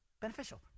beneficial